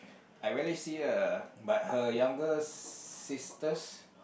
I rarely see her but her younger sisters